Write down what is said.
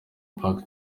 park